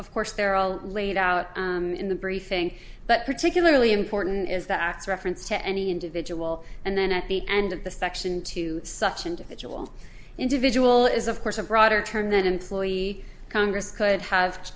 of course they're all laid out in the briefing but particularly important is that reference to any individual and then at the end of the section two such individual individual is of course a broader term that employee congress could have